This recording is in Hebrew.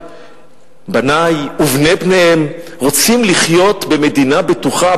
בני ובני-בניהם רוצים לחיות במדינה בטוחה,